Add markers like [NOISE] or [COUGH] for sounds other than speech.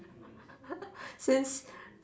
[LAUGHS] since